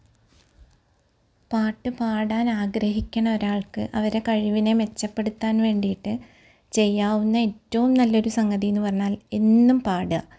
പാട്ട് പാടാൻ ആഗ്രഹിക്കുന്ന ഒരാൾക്ക് അവരെ കഴിവിനെ മെച്ചപ്പെടുത്താൻ വേണ്ടിയിട്ട് ചെയ്യാവുന്ന ഏറ്റവും നല്ലൊരു സംഗതി എന്ന് പറഞ്ഞാൽ എന്നും പാടുക